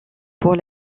pour